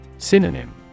Synonym